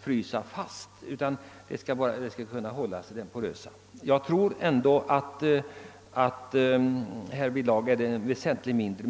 frysa fast. Jag tror att mängden i detta fall är väsentligt mindre.